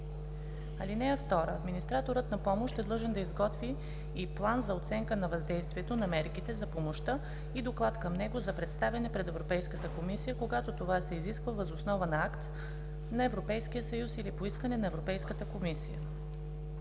(2) Администраторът на помощ е длъжен да изготви и план за оценка на въздействието на мерките за помощта и доклад към него за представяне пред Европейската комисия, когато това се изисква въз основа на акт на Европейския съюз или по искане на Европейската комисия.